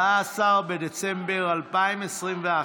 14 בדצמבר 2021,